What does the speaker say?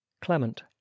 Clement